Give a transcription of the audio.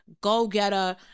go-getter